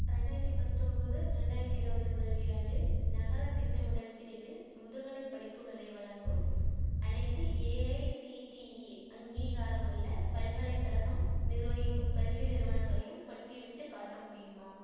ரெண்டாயிரத்து பத்தம்பது ரெண்டாயிரத்து இருபது கல்வியாண்டில் நகரத் திட்டமிடல் பிரிவில் முதுகலைப் படிப்புகளை வழங்கும் அனைத்து ஏஐசிடிஇ அங்கீகாரமுள்ள பல்கலைக்கழகம் நிர்வகிக்கும் கல்வி நிறுவனங்களையும் பட்டியலிட்டுக் காட்ட முடியுமா